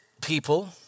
people